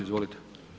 Izvolite.